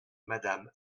madame